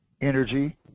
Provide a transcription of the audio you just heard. energy